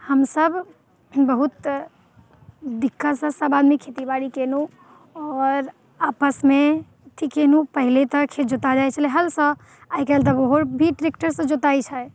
हम सभ बहुत दिक्कतसँ सभ आदमी खेतीबाड़ी कयलहुँ आओर आपसमे अथि कयलहुँ पहिले तऽ खेत जोता जाइत छलै हलसँ आइ काल्हि तऽ ओहो भी ट्रैक्टर से जोताइत छै